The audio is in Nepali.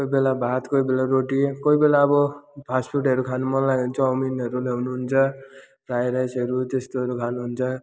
कोही बेला भात कोही बेला रोटी कोही बेला अब फास्टफुटहरू खानु मनलाग्यो भने चाउमिनहरू ल्याउनुहुन्छ फ्राई राइसहरू त्यस्तोहरू खानुहुन्छ